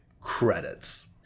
Credits